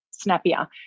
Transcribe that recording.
Snappier